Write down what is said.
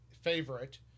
favorite